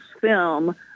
film